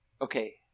okay